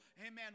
amen